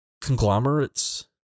conglomerates